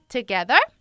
Together